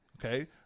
Okay